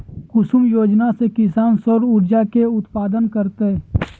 कुसुम योजना से किसान सौर ऊर्जा के उत्पादन करतय